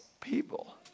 people